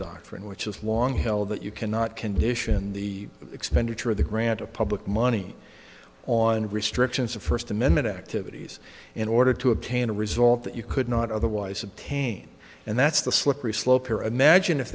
doctrine which has long held that you cannot condition the expenditure of the grant of public money on restrictions of first amendment activities in order to obtain a result that you could not otherwise obtain and that's the slippery slope you're a magine if